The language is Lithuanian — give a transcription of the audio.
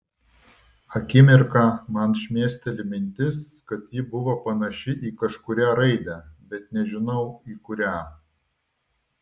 akimirką man šmėsteli mintis kad ji buvo panaši į kažkurią raidę bet nežinau į kurią